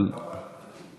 אבל, חבל.